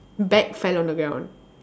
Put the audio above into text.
back fell on the ground